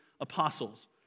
apostles